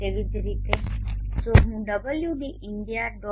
તેવી જ રીતે જો હું wv india